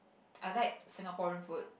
I like Singaporean food